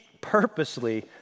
purposely